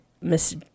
miss